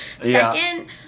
second